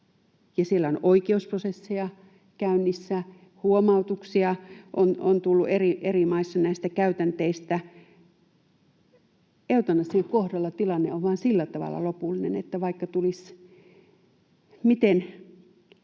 Siellä on oikeusprosesseja käynnissä, huomautuksia on tullut eri maissa näistä käytänteistä. Eutanasian kohdalla tilanne on vain sillä tavalla lopullinen, että vaikka tulisi